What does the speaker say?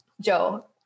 Joe